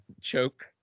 choke